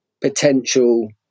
potential